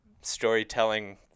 storytelling